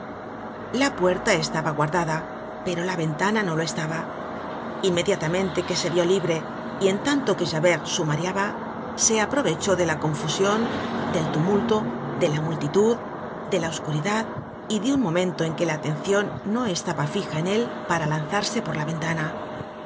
la puerta estaba guardada pero la ventana no lo estaba inmediatamente que se vió libre y en tanto que javert sumariaba se aprovechó de la confusion del tumulto de la multitud de la oscuridad y de un momento en que la atencion no estaba fija en él para lanzarse por la ventana